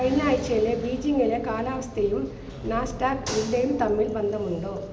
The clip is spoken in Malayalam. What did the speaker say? കഴിഞ്ഞാഴ്ചയിലെ ബീജിംഗിലെ കാലാവസ്ഥയും നാസ്ഡാക്ക് വിലയും തമ്മിൽ ബന്ധമുണ്ടോ